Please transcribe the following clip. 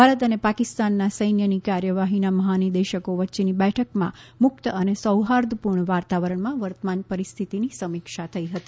ભારત અને પાકિસ્તાનના સૈન્યની કાર્યવાહીના મહાનિદેશકો વચ્ચેની બેઠકમાં મુક્ત અને સૌહાર્દપૂર્ણ વાતાવરણમાં વર્તમાન પરિસ્થિતિની સમીક્ષા થઈ હતી